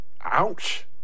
Ouch